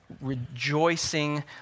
rejoicing